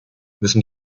müssen